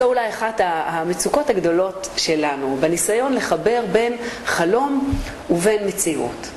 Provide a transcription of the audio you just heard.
זו אולי אחת המצוקות הגדולות שלנו, בניסיון לחבר בין חלום ובין מציאות.